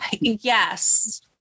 yes